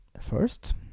first